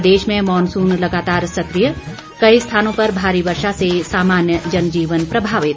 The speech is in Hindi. प्रदेश में मॉनसून लगातार सक्रिय कई स्थानों पर भारी वर्षा से सामान्य और जनजीवन प्रभावित